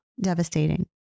devastating